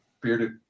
bearded